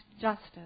justice